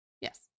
Yes